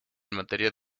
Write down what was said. materias